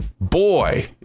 boy